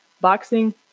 boxing